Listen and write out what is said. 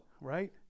Right